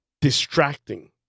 distracting